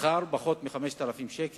שכר של פחות מ-5,000 שקל,